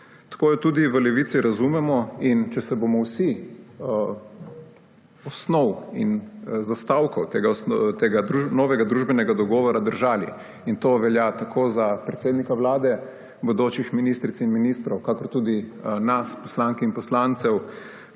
Tako jo tudi v Levici razumemo. In če se bomo vsi osnov in zastavkov tega novega družbenega dogovora držali – to velja tako za predsednika Vlade, bodoče ministrice in ministre kakor tudi nas poslanke in poslance